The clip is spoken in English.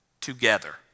together